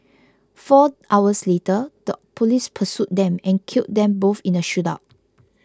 four hours later the police pursued them and killed them both in a shootout